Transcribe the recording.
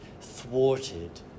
thwarted